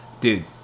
Dude